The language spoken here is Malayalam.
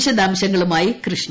വിശദാംശങ്ങളുമായി കൃഷ്ണ